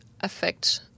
affect